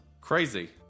Crazy